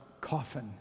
coffin